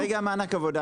כך בנוי מענק עבודה,